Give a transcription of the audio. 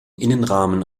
innenrahmen